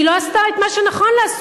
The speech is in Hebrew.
היא לא עשתה את מה שנכון לעשות.